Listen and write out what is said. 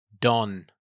Don